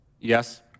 Yes